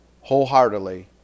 wholeheartedly